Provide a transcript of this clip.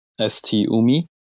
STUMI